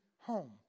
home